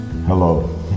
hello